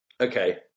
okay